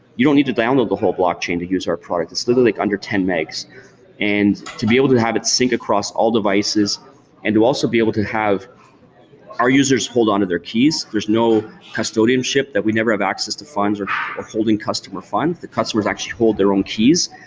you don't need to download the whole blockchain to use our product. it's little like under ten megs and to be able to to have it sync across all devices and to also be able to have our users hold on to their keys, there's no custodianship that we never have access to funds or holding customer funds, the customers actually hold their own keys.